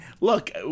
look